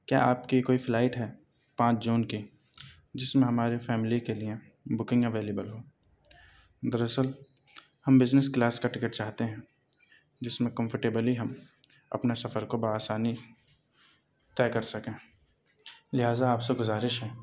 کیا آپ کی کوئی فلائٹ ہے پانچ جون کی جس میں ہماریے فیملی کے لیے بکنگ اویلیبل ہو دراصل ہم بزنس کلاس کا ٹکٹ چاہتے ہیں جس میں کمفرٹیبلی ہم اپنے سفر کو بہ آسانی طے کر سکیں لہٰذا آپ سے گزارش ہے